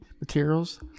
materials